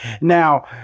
Now